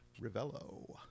Rivello